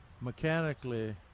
mechanically